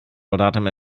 soldaten